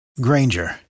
Granger